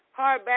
hardback